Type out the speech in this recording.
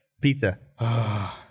pizza